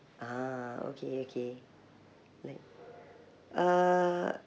ah okay okay like uh